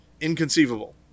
inconceivable